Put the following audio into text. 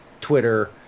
Twitter